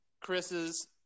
Chris's